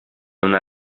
una